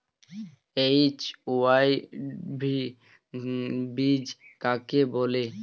HYV বীজ কাকে বলে?